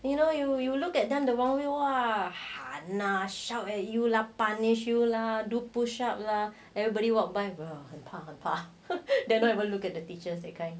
you know you you look at them wondering 喊阿 shout lah you luck punish you lah do push up lah everybody walk by 很怕很怕 dare not even look at the teachers that kind